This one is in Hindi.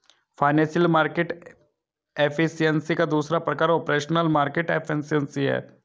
फाइनेंशियल मार्केट एफिशिएंसी का दूसरा प्रकार ऑपरेशनल मार्केट एफिशिएंसी है